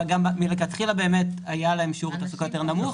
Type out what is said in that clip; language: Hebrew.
מלכתחילה אכן היה להן שיעור תעסוקה נמוך יותר,